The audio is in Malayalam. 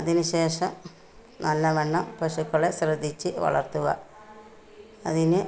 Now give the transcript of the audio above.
അതിനുശേഷം നല്ലവണ്ണം പശുക്കളെ ശ്രദ്ധിച്ചു വളര്ത്തുക അതിന്